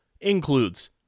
includes